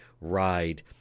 ride